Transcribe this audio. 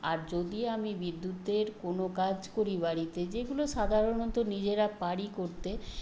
আর যদি আমি বিদ্যুতের কোনও কাজ করি বাড়িতে যেগুলো সাধারণত নিজেরা পারি করতে